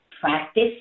practice